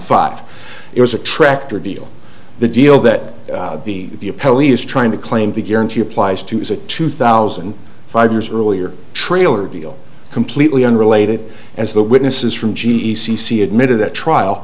five it was a tractor deal the deal that the poli is trying to claim to guarantee applies to is a two thousand and five years earlier trailer deal completely unrelated as the witnesses from g e c c admitted that trial